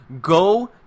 go